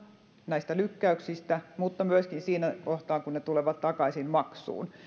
näistä lykkäyksistä mutta arvioimme myöskin siinä kohtaa kun ne tulevat takaisin maksuun